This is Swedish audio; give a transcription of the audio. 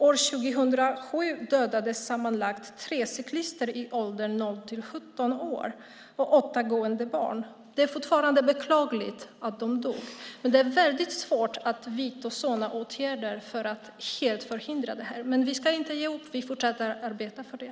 År 2007 dödades sammanlagt 3 cyklister i åldrarna upp till 17 år och 8 gående barn. Det är fortfarande beklagligt att de dog, men det är väldigt svårt att vidta åtgärder för att helt förhindra det. Men vi ska inte ge upp. Vi fortsätter att arbeta för det.